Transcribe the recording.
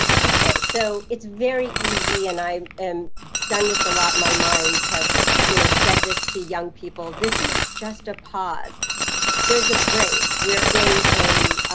okay, so it's very easy and i am done this a lot my mind have you know said this to young people this is just a pause there's a break. we're in a